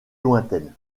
lointaines